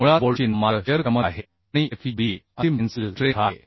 मुळात बोल्टची नाममात्र शिअर क्षमता आहे आणि fubही अंतिम टेन्साइल स्ट्रेंथ आहे